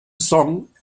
song